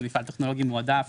מפעל טכנולוגי מועדף